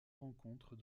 rencontre